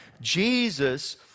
Jesus